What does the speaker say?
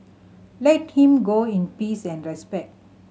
let him go in peace and respect